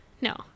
no